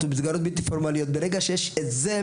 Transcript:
ברגע שיש אותן